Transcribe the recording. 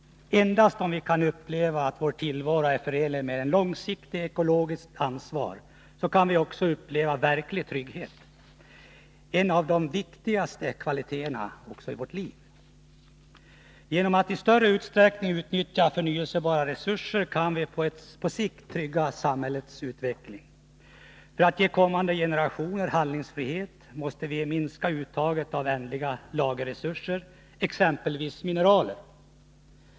Endast om vi kan uppleva att vår tillvaro är förenlig med ett långsiktigt ekologiskt ansvar kan vi uppleva verklig trygghet, en av de viktigaste kvaliteterna i vårt liv. Genom att i större utsträckning utnyttja förnybara resurser kan vi på sikt trygga samhällets utveckling. För att ge kommande generationer handlingsfrihet måste vi minska uttaget av ändliga lagerresurser, exempelvis mineraler.